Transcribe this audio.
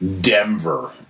Denver